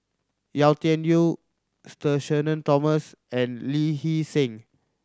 Yau Tian Yau Sir Shenton Thomas and Lee Hee Seng